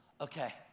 Okay